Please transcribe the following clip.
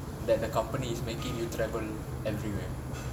that the company is making you travel everywhere